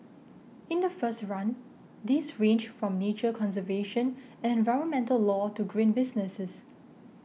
in the first run these ranged from nature conservation and environmental law to green businesses